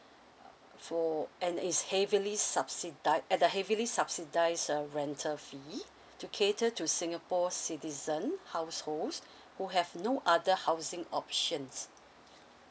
uh for and it's heavily subsidi~ at a heavily subsidized uh rental fee to cater to singapore citizen households who have no other housing options